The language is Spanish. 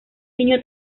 niño